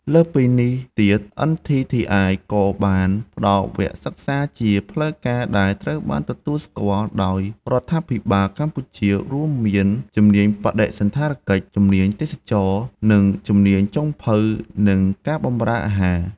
លើសពីនេះទៀត NTTI ក៏បានផ្តល់វគ្គសិក្សាជាផ្លូវការដែលត្រូវបានទទួលស្គាល់ដោយរដ្ឋាភិបាលកម្ពុជា រួមមាន ជំនាញបដិសណ្ឋារកិច្ច ជំនាញទេសចរណ៍ និងជំនាញចុងភៅ និងការបម្រើអាហារ។